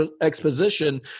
exposition